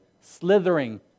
slithering